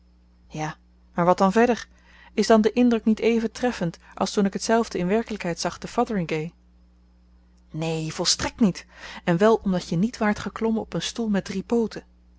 ja maar wat dan verder is dan de indruk niet even treffend als toen ik tzelfde in werkelykheid zag te fotheringhay neen volstrekt niet en wel omdat je niet waart geklommen op een stoel met drie pooten